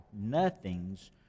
Nothing's